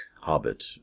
Hobbit